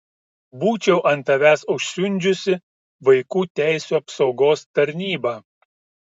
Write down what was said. būčiau ant tavęs užsiundžiusi vaikų teisių apsaugos tarnybą